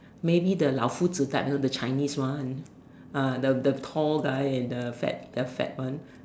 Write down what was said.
maybe the 老夫子 type one the Chinese one ah the the tall guy and the fat the fat one